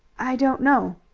i don't know.